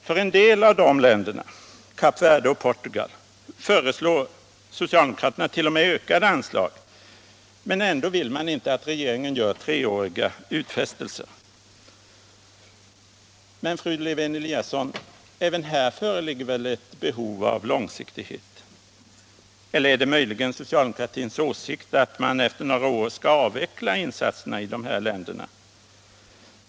För en del av de länderna — Kap Verde och Portugal — föreslår socialdemokraterna t.o.m. ökade anslag, och ändå vill man inte att regeringen gör treåriga utfästelser. Men, fru Lewén-Eliasson, även här föreligger väl ett behov av långsiktighet? Eller är det möjligen socialdemokraternas åsikt att man efter några år skall avveckla insatserna i de här länderna?